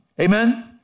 Amen